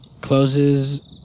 closes